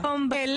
הם באים אליה.